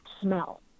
smell